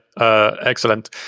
excellent